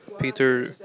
Peter